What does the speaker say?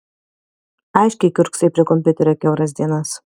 aiškiai kiurksai prie kompiuterio kiauras dienas